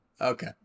okay